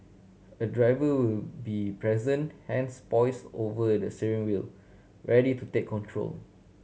a driver will be present hands poised over the steering wheel ready to take control